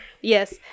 Yes